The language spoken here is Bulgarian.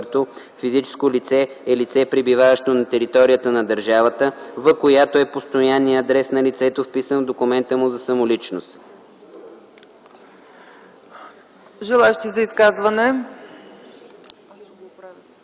„Физическо лице” е лице, пребиваващо на територията на държавата, в която е постоянният адрес на лицето, вписан в документа му за самоличност”. ПРЕДСЕДАТЕЛ ЦЕЦКА